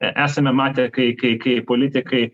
esame matę kai kai kai politikai